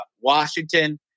Washington